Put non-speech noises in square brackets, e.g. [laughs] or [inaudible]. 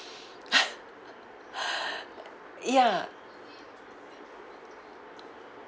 [laughs] ya